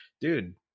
dude